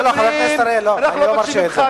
לא, חבר הכנסת אריאל, אני לא מרשה את זה.